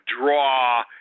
draw